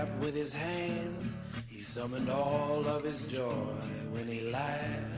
um with his hands he summoned all of his joy when he laughed